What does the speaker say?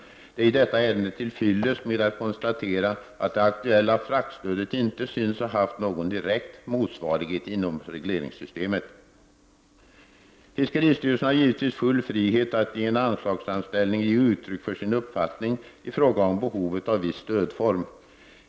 Det är i detta ärende tillfyllest med ett konstaterande, att det aktuella fraktstödet inte syns ha haft någon direkt motsvarighet inom regleringssystemet. Fiskeristyrelsen har givetvis full frihet att i en anslagsframställning ge uttryck för sin uppfattning i fråga om behovet av viss stödform.